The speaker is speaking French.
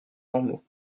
normaux